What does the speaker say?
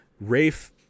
Rafe